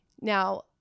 Now